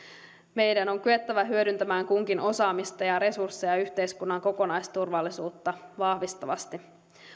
meidän on kyettävä hyödyntämään kunkin osaamista ja resursseja yhteiskunnan kokonaisturvallisuutta vahvistavasti